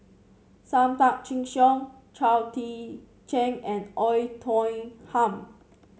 Sam Tan Chin Siong Chao Tzee Cheng and Oei Tiong Ham